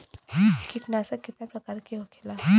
कीटनाशक कितना प्रकार के होखेला?